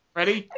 Ready